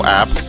app